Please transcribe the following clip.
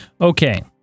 Okay